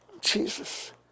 Jesus